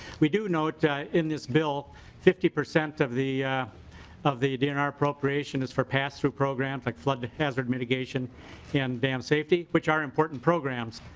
we do note in this bill fifty percent of the of the dnr appropriation is for pass-through programs like flood hazard mitigation and dam safety which are important programs.